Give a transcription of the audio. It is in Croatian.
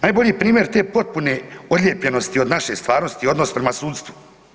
Najbolji primjer te potpune odlijepljenosti od naše stvarnost je odnos prema sudstvu.